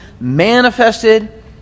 manifested